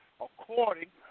according